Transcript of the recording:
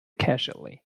casually